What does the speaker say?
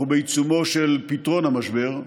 אנחנו בעיצומו של פתרון המשבר,